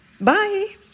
Bye